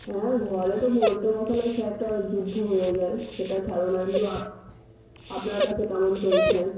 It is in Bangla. হ্যাঁ ঘরে তো পড়তে বসালে সে একটা যুদ্ধ হয়ে যায় সেটা ছাড়ুন আমি বলব আপ আপনার কাছে কেমন চলছে